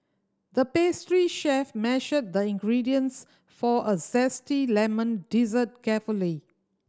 the pastry chef measured the ingredients for a zesty lemon dessert carefully